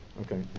okay